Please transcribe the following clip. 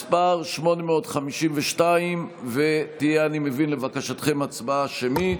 מס' 852. לבקשתכם, הצבעה שמית.